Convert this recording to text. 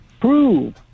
prove